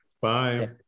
bye